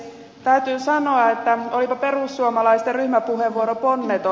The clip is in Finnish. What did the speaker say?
täytyy sanoa että olipa perussuomalaisten ryhmäpuheenvuoro ponneton